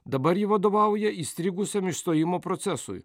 dabar ji vadovauja įstrigusiam išstojimo procesui